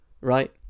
right